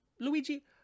Luigi